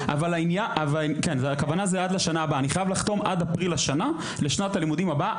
אני חייב לחתום עד אפריל השנה לשנת הלימודים הבאה,